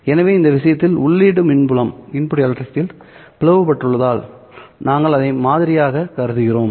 எனவே இந்த விஷயத்தில் உள்ளீட்டு மின்சார புலம் பிளவுபட்டுள்ளதால் நாங்கள் அதை மாதிரியாகக் கருதுகிறோம்